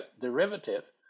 derivative